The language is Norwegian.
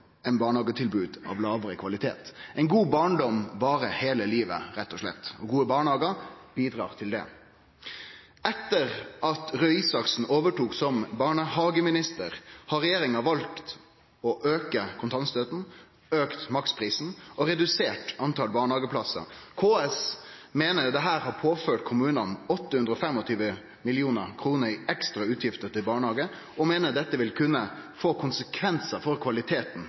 barnehagetilbod av lågare kvalitet. Ein god barndom varar heile livet – rett og slett. Gode barnehagar bidrar til det. Etter at Røe Isaksen overtok som barnehageminister, har regjeringa valt å auke kontantstøtta, auke maksprisen og redusere talet på barnehageplassar. KS meiner dette har påført kommunane 825 mill. kr i ekstrautgifter til barnehagar og meiner dette vil kunne få konsekvensar for kvaliteten